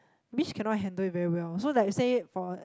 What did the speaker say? maybe she cannot handle it very well so like you say for